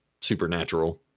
supernatural